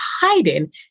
hiding